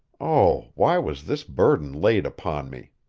oh, why was this burden laid upon me?